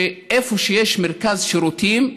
ואיפה שיש מרכז שירותים,